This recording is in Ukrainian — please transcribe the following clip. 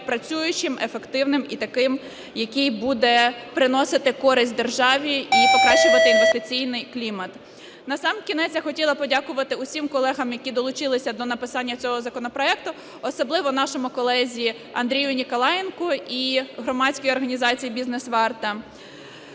працюючим, ефективним і таким, який буде приносити користь державі і покращувати інвестиційний клімат. Насамкінець я хотіла подякувати усім колегам, які долучилися до написання цього законопроекту, особливо нашому колезі Андрію Ніколаєнку і громадській організації "Бізнес-Варта".